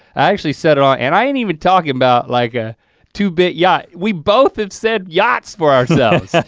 i actually settled on, and i ain't even talking about like a two-bit yacht, we both have said yachts for ourselves.